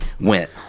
went